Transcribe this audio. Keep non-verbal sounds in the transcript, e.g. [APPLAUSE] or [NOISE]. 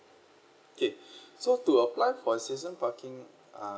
K [BREATH] so to apply for season parking uh